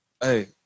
Hey